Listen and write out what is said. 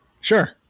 sure